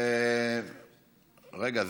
רגע,